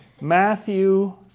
Matthew